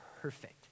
perfect